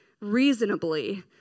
reasonably